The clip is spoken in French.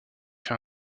fait